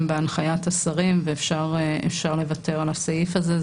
בהנחיית השרים ואפשר לוותר על הסעיף הזה.